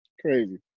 crazy